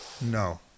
No